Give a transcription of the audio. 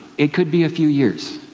it could be a few years.